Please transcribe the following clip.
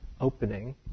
opening